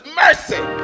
mercy